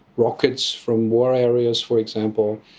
rockets from war areas for example,